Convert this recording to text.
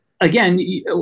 again